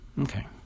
Okay